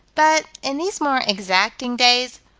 but, in these more exacting days,